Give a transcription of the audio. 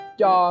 cho